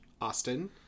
Austin